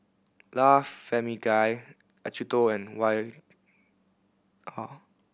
La Famiglia Acuto and Y R